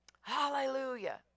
hallelujah